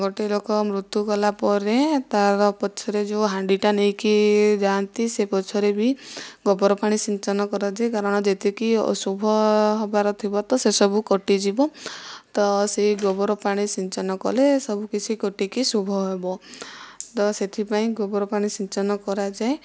ଗୋଟିଏ ଲୋକ ମୃତ୍ୟୁ ଗଲା ପରେ ତା'ର ପଛରେ ଯେଉଁ ହାଣ୍ଡିଟା ନେଇକି ଯାନ୍ତି ସେହି ପଛରେ ବି ଗୋବର ପାଣି ସିଞ୍ଚନ କରାଯାଏ କାରଣ ଯେତିକି ଅଶୁଭ ହେବାର ଥିବା ତ ସେସବୁ କଟିଯିବ ତ ସେହି ଗୋବର ପାଣି ସିଞ୍ଚନ କଲେ ସବୁ କିଛି କଟିକି ଶୁଭ ହେବ ତ ସେଥିପାଇଁ ଗୋବର ପାଣି ସିଞ୍ଚନ କରାଯାଏ